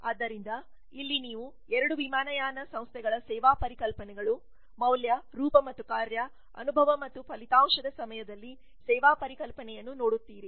ಆದ್ದರಿಂದ ಇಲ್ಲಿ ನೀವು 2 ವಿಮಾನಯಾನ ಸಂಸ್ಥೆಗಳ ಸೇವಾ ಪರಿಕಲ್ಪನೆಗಳು ಮೌಲ್ಯ ರೂಪ ಮತ್ತು ಕಾರ್ಯ ಅನುಭವ ಮತ್ತು ಫಲಿತಾಂಶದ ಸಮಯದಲ್ಲಿ ಸೇವಾ ಪರಿಕಲ್ಪನೆಯನ್ನು ನೋಡುತ್ತೀರಿ